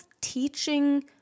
teaching